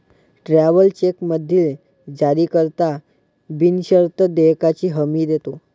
travellers चेकमधील जारीकर्ता बिनशर्त देयकाची हमी देतो